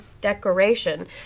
decoration